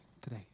today